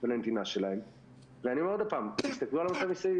אני אומר עוד פעם: תסתכלו על הנושא מסביב,